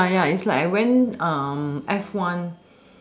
ya ya it's like I went F one